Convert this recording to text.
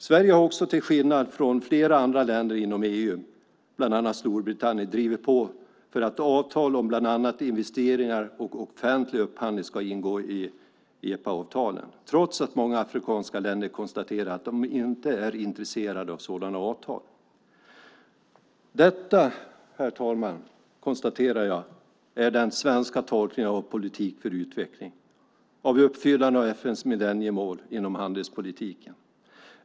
Sverige har också, till skillnad från flera andra länder inom EU, bland annat Storbritannien, drivit på för att avtal om bland annat investeringar och offentlig upphandling ska ingå i EPA-avtalen, trots att många afrikanska länder konstaterar att de inte är intresserade av sådana avtal. Detta, herr talman, konstaterar jag är den svenska tolkningen av politik för global utveckling, av uppfyllande av FN:s millenniemål inom handelspolitiken.